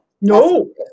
no